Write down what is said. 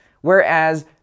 Whereas